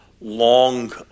long